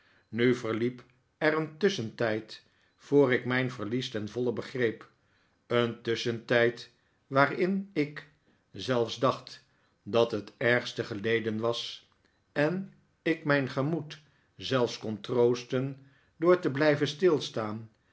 nu verliep er een tusschentijd voor ik mijn verlies ten voile begreep een tusschentijd waarin ik zelis dacht dat het ergste geleden was en ik mijn gemoed zelfs kon troosten door t blijven stilstaan